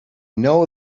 know